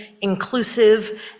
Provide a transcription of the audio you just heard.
inclusive